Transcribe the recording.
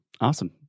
Awesome